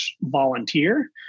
volunteer